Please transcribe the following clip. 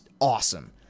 awesome